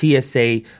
TSA